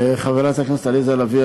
חברת הכנסת עליזה לביא,